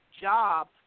job